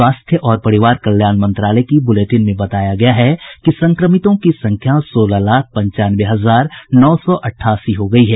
स्वास्थ्य और परिवार कल्याण मंत्रालय की बुलेटिन में बताया गया है कि संक्रमितों की संख्या सोलह लाख पंचानवे हजार नौ सौ अठासी हो गयी है